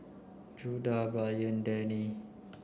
Judah Brian Danny